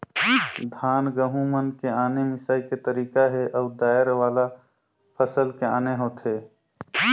धान, गहूँ मन के आने मिंसई के तरीका हे अउ दायर वाला फसल के आने होथे